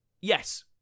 Yes